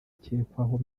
akekwaho